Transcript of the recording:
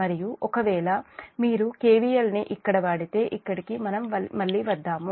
మరియు ఒకవేళ మీరు కె వి ఎల్ ని ఇక్కడ వాడితే ఇక్కడికి మనం మళ్లీ వద్దాము